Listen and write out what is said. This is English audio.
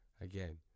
Again